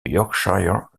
yorkshire